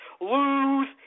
lose